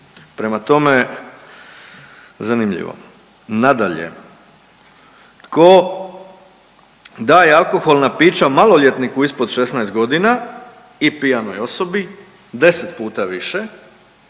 Prema tome, zanimljivo. Nadalje, tko daje alkoholna pića maloljetniku ispod 16 godina i pijanoj osobi 10 puta više